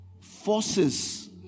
forces